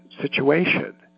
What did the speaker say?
situation